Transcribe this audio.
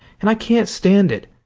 and i can't stand it.